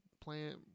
plant